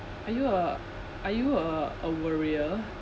are you a are you a a worrier